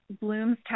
Bloom's